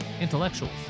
intellectuals